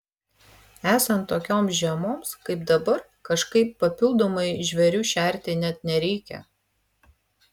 esant tokioms žiemoms kaip dabar kažkaip papildomai žvėrių šerti net nereikia